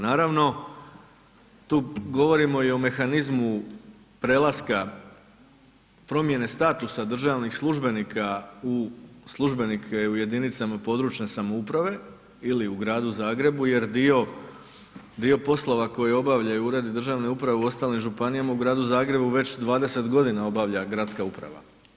Naravno, tu govorimo i o mehanizmu prelaska promjene statusa državnih službenika u službenike u jedinicama područne samouprave ili u Gradu Zagrebu jer dio poslova koji obavljaju uredi državne uprave u ostalim županijama, u Gradu Zagrebu već 20.g. obavlja gradska uprava.